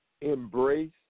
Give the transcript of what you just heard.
embrace